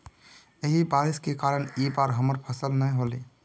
यही बारिश के कारण इ बार हमर फसल नय होले?